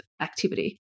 activity